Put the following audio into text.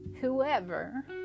whoever